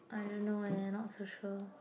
I don't know eh not so sure